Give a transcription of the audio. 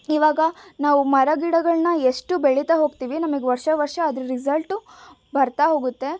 ಈವಾಗ ನಾವು ಮರ ಗಿಡಗಳನ್ನ ಎಷ್ಟು ಬೆಳಿತ ಹೋಗ್ತೀವಿ ನಮಗೆ ವರ್ಷ ವರ್ಷ ಅದರ ರಿಸಲ್ಟು ಬರ್ತಾ ಹೋಗುತ್ತೆ